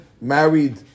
married